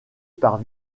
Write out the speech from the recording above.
par